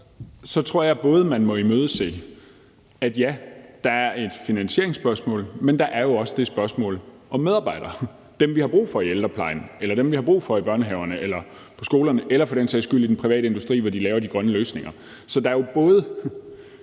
Jeg tror, at man må imødese, at der både er et finansieringsspørgsmål, og at der er et spørgsmål om medarbejdere, altså dem, vi har brug for i ældreplejen, og dem vi har brug for i børnehaverne, på skolerne eller for den sags skyld i den private industri, hvor de laver de grønne løsninger. Så der er både